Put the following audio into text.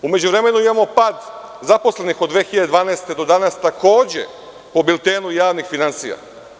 U međuvremenu imamo pad zaposlenih od 2012. godine do danas, takođe po biltenu javnih finansija.